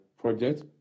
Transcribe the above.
project